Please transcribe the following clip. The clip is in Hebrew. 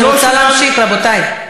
אני רוצה להמשיך, רבותי.